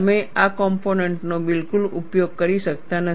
તમે આ કોમ્પોનેન્ટનો બિલકુલ ઉપયોગ કરી શકતા નથી